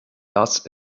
las